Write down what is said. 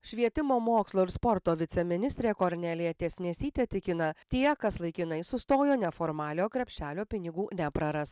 švietimo mokslo ir sporto viceministrė kornelija tiesnesytė tikina tie kas laikinai sustojo neformaliojo krepšelio pinigų nepraras